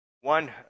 One